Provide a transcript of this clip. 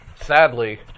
Sadly